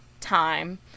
time